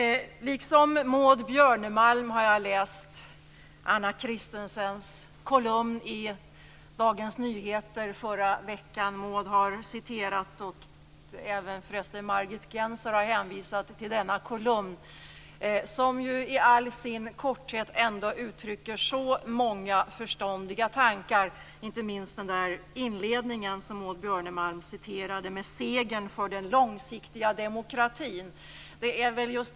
Liksom Maud Björnemalm har jag läst Anna Christensens kolumn i Dagens Nyheter. Maud Björnemalm, och även Margit Gennser, har hänvisat till denna kolumn, som i all sin korthet ändå uttrycker så många förståndiga tankar. Det gäller inte minst inledningen med "en seger för den långsiktiga demokratin", som Maud Björnemalm citerade.